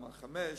רמה 5,